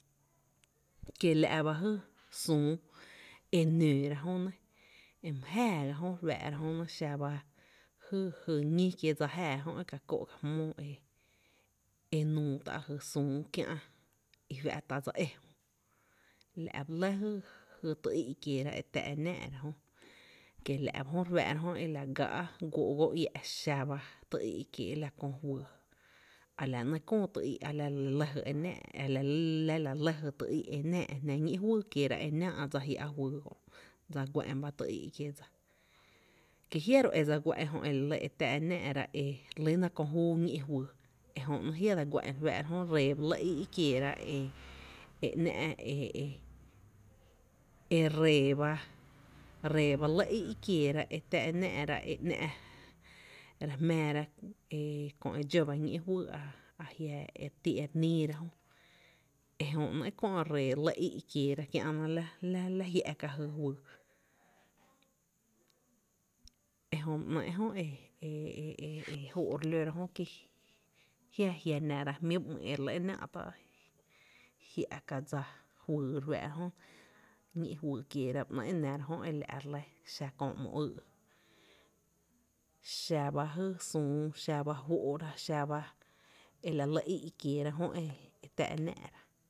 Kiela’ ba jy Süü e nóóra kä my jäaá ga jö nɇ, x aba jy ñí ekiee’ dsa jáaá e ka kó’ ka jmóó e nuu tá’ jy süü kiä’ e fⱥ’ tá’ dsa é jö la’ ba lɇ jy tý í’ kieera e tⱥ e náá’ra jö e la’ ba jö re fáá’ra jö e la gaa’ guoo’ go iä’ xaba tu i’ kiee’ la köö fyy a la ‘néé’ köö ty í’, a la la lɇ jy ty í’ e náá’ra jná ñí’ fyy kieera e náá’ dsa jia’ juyy kö’, dsa guá’n ba tý í’ kiéé’ dsa ki jia’ ro e dse guá’n jö ere lyna köö júú ñí’ fyy ejö ‘néé’ jia’ dse guá’n ree ba lɇ e jö i’i kieera e ‘ná’ e ree ba e ‘ná’ re jmⱥⱥra köö e dxó ba ñi’ fyy kieera a jia’ e re ti re níí ra jö ejö néé’ köö e ree í’ kiera kiä’na la jia’ ka jy fyy ejö ba néé’ jö e joo’ re lóra jó ki jia jia nⱥra jmí0 ba ‘mý’n náá’ tá i jia’ ka dsa fyy re fⱥⱥ’ra jö, ñí’ fyy kieera ba ‘né’ e nⱥra jmý’ lɇ, xa köö ‘mo ýý’ xaba jy süü, xaba fó’ra, xaba e la lɇ í’ kieera jö e tⱥ e náá’ra.